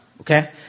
okay